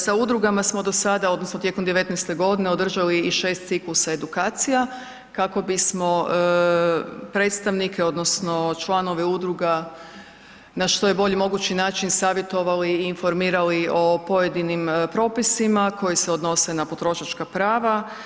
Sa udrugama smo do sada, odnosno tijekom '19. g. održali i 6 ciklusa edukacija kako bismo predstavnike odnosno članove udruga, na što je bolji mogući način savjetovali i informirali o pojedinim propisima koji se odnose na potrošačka prava.